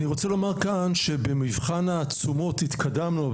אני רוצה לומר כאן שבמבחן התשומות התקדמנו,